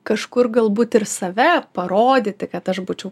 kažkur galbūt ir save parodyti kad aš būčiau